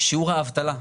שיעור האבטלה,